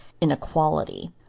inequality